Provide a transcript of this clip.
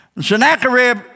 Sennacherib